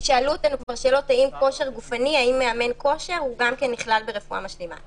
שאלו אותנו כבר האם מאמן כושר גם נכלל ברפואה משלימה?